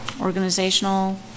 Organizational